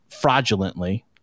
fraudulently